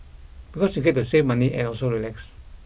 because you get to save money and also relax